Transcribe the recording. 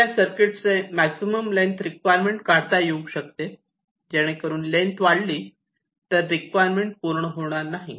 एखाद्या सर्किटचे maximum length requirement काढता येऊ शकते जेणेकरून लेन्थ वाढली तर रिक्वायरमेंट पूर्ण होणार नाही